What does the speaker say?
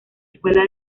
escuela